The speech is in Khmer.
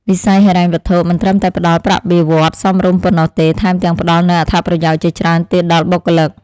វិស័យហិរញ្ញវត្ថុមិនត្រឹមតែផ្តល់ប្រាក់បៀវត្សរ៍សមរម្យប៉ុណ្ណោះទេថែមទាំងផ្តល់នូវអត្ថប្រយោជន៍ជាច្រើនទៀតដល់បុគ្គលិក។